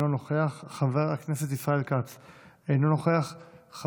אינו נוכח,